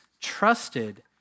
trusted